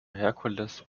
herkules